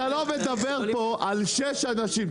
אתה לא מדבר פה על שש אנשים,